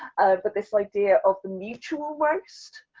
but this idea of, mutual roast,